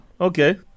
okay